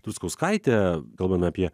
truskauskaite kalbame apie